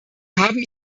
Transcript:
haben